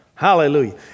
Hallelujah